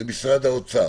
למשרד האוצר,